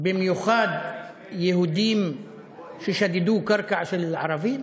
במיוחד יהודים ששדדו קרקע של ערבים?